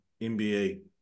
NBA